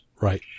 Right